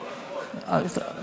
לא, זה לא נכון.